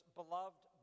beloved